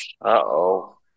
Uh-oh